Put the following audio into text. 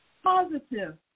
Positive